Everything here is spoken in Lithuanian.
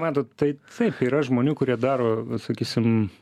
matot tai taip yra žmonių kurie daro sakysim